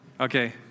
Okay